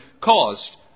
caused